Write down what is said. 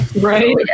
Right